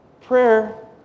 Prayer